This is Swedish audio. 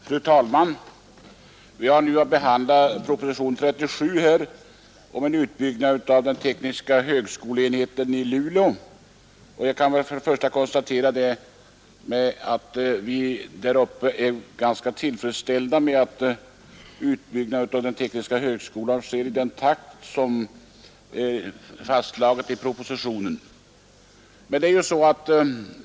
Fru talman! Vi har nu att behandla proposition 37 om en utbyggnad av den tekniska högskoleenheten i Luleå. Jag kan till att börja med konstatera att vi i Luleå är ganska tillfredsställda med att utbyggnaden av den tekniska högskolan sker i den takt som fastslås i propositionen.